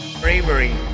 Bravery